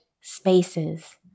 spaces